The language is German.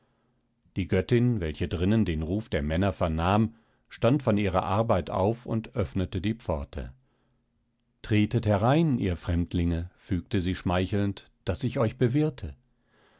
die göttin welche drinnen den ruf der männer vernahm stand von ihrer arbeit auf und öffnete die pforte tretet herein ihr fremdlinge fügte sie schmeichelnd daß ich euch bewirte